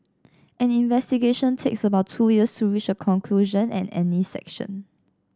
any investigation takes about two years to reach a conclusion and any sanction